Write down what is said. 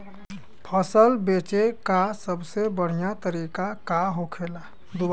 फसल बेचे का सबसे बढ़ियां तरीका का होखेला?